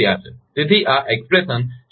તેથી આ અભિવ્યક્તિ સ્થિર સ્થિતી ભૂલ માટે છે